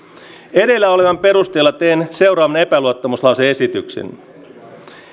edellä olevan perusteella teen seuraavan epäluottamuslause esityksen